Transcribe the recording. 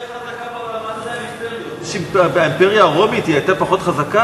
זו האימפריה החזקה